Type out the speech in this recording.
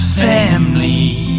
family